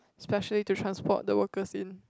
specially to transport the workers in